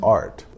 art